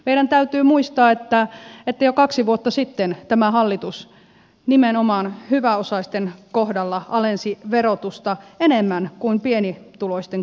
meidän täytyy muistaa että jo kaksi vuotta sitten tämä hallitus nimenomaan hyväosaisten kohdalla alensi verotusta enemmän kuin pienituloisten kohdalla